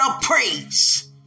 praise